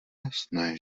jasné